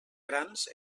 grans